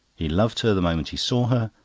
he loved her the moment he saw her,